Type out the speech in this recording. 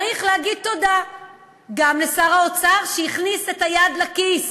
צריך להגיד תודה גם לשר האוצר שהכניס את היד לכיס